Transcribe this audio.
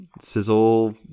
sizzle